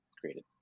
created